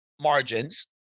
margins